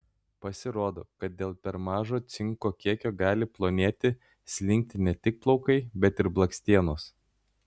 pasirodo kad dėl per mažo cinko kiekio gali plonėti slinkti ne tik plaukai bet ir blakstienos